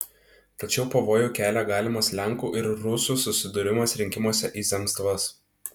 tačiau pavojų kelia galimas lenkų ir rusų susidūrimas rinkimuose į zemstvas